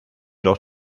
doch